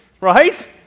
right